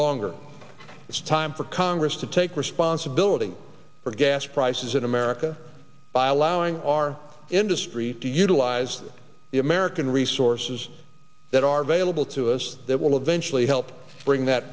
longer it's time for congress to take responsibility for gas prices in america by allowing our industry to utilize the american resources that are available to us that will eventually help bring that